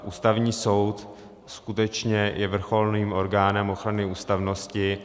Ústavní soud skutečně je vrcholným orgánem ochrany ústavnosti.